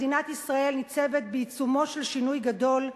מדינת ישראל ניצבת בעיצומו של שינוי גדול.